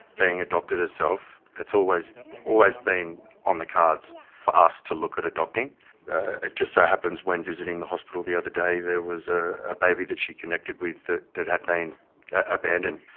being adopted herself, it's always always been on the cards for us to look at adopting. it just so happens when visiting the hospital the other day there was a ah baby that she connected with that had been abandoned.